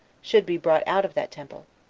should be brought out of that temple.